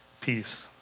peace